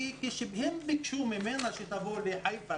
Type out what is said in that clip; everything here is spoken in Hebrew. הם ביקשו ממנה שתבוא לחיפה,